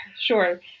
Sure